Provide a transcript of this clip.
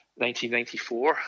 1994